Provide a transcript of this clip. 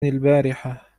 البارحة